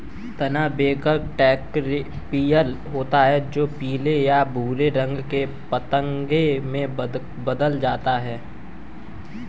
तना बेधक कैटरपिलर होते हैं जो पीले या भूरे रंग के पतंगे में बदल जाते हैं